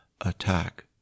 attack